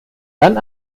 dann